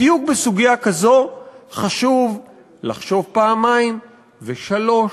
בדיוק בסוגיה כזאת חשוב לחשוב פעמיים ושלוש,